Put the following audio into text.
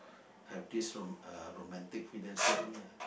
have this ro~ uh romantic feelings toward me lah